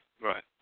Right